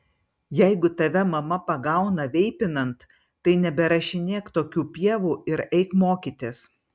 jeigu tave mama pagauna veipinant tai neberašinėk tokių pievų ir eik mokytis